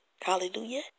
Hallelujah